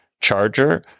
charger